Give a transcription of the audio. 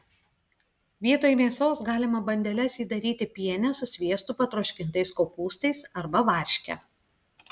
vietoj mėsos galima bandeles įdaryti piene su sviestu patroškintais kopūstais arba varške